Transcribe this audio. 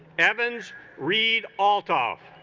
evans read altough